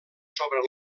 sobre